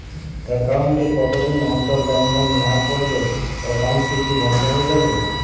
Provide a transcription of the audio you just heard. Account এ কতদিন অন্তর লেনদেন না করলে একাউন্টটি কি বন্ধ হয়ে যাবে?